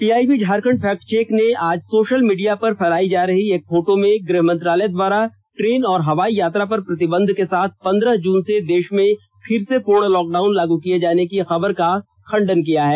PIB Jharkhand fact check ने आज social media पर फैलाई जा रही एक फोटो में गृह मंत्रालय द्वारा ट्रेन और हवाई यात्रा पर प्रतिबंध के साथ पंद्रह जून से देश में फिर से पूर्ण लॉकडाउन लागू किये जान की खबर का खंडन किया है